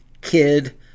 kid